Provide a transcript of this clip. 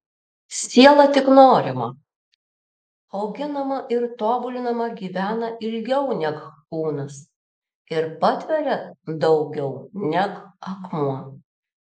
siela tik norima auginama ir tobulinama gyvena ilgiau neg kūnas ir patveria daugiau neg akmuo